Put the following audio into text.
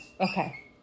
Okay